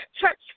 church